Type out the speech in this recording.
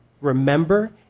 remember